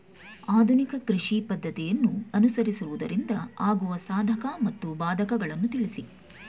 ಆಧುನಿಕ ಕೃಷಿ ಪದ್ದತಿಯನ್ನು ಅನುಸರಿಸುವುದರಿಂದ ಆಗುವ ಸಾಧಕ ಮತ್ತು ಬಾಧಕಗಳನ್ನು ತಿಳಿಸಿ?